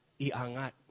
iangat